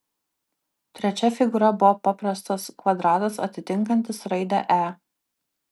trečia figūra buvo paprastas kvadratas atitinkantis raidę e